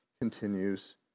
continues